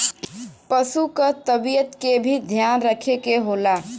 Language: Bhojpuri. पसु क तबियत के भी ध्यान रखे के होला